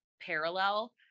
parallel